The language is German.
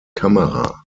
kamera